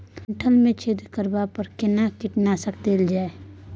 डंठल मे छेद करबा पर केना कीटनासक देल जाय?